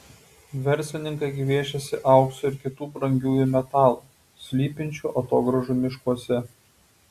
verslininkai gviešiasi aukso ir kitų brangiųjų metalų slypinčių atogrąžų miškuose